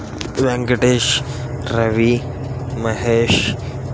Venkatesh Ravi Mahesh